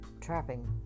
trapping